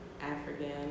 African